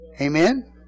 Amen